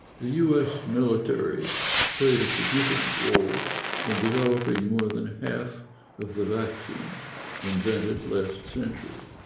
the us military played a significant role in developing more than half of the vaccines invented last century,